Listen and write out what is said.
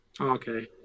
okay